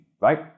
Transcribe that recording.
right